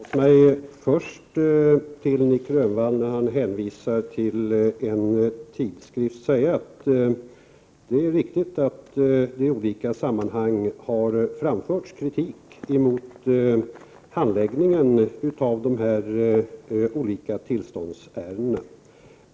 Herr talman! Jag vill först till Nic Grönvall, som hänvisar till en tidskrift, säga att det är riktigt att det i olika sammanhang har framförts kritik mot handläggningen av tillståndsärendena.